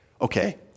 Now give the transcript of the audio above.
okay